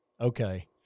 okay